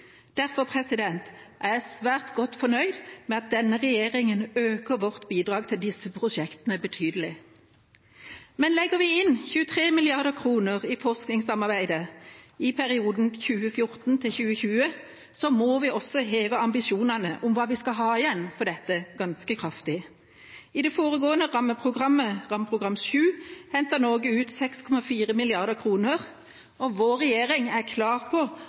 Derfor er jeg svært godt fornøyd med at denne regjeringa øker vårt bidrag til disse prosjektene betydelig. Men legger vi inn 23 mrd. kr i forskningssamarbeidet i perioden 2014–2020, må vi også heve ambisjonene for hva vi skal ha igjen for dette, ganske kraftig. I det foregående rammeprogrammet, EUs 7. rammeprogram, hentet Norge ut 6,4 mrd. kr, og vår regjering er klar på